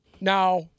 Now